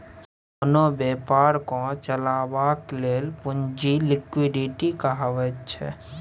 कोनो बेपारकेँ चलेबाक लेल पुंजी लिक्विडिटी कहाबैत छै